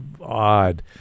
odd